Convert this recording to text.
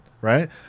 right